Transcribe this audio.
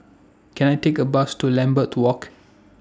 Can I Take A Bus to Lambeth to Walk